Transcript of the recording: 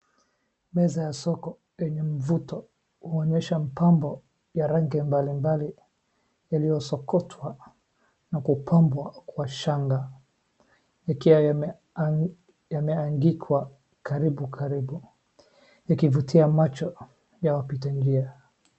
Meza ya soko yenye mvuto kuonyesha mpambo ya rangi mbalimbali yaliyosokotwa na kupambwa kwa shanga. Ikiwa yameangikwa karibu karibu. Ikivutia macho ya wapitanjia.